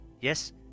Yes